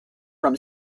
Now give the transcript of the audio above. from